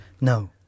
No